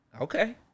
Okay